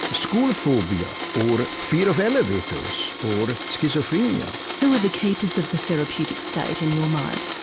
school phobia, or fear of elevators, or schizophrenia. who are the keepers of the therapeutic state in your mind?